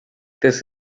this